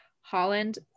Holland